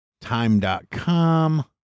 time.com